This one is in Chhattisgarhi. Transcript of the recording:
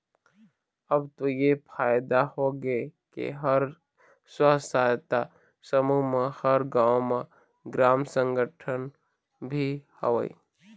अब तो ऐ फायदा होगे के हर स्व सहायता समूह म हर गाँव म ग्राम संगठन भी हवय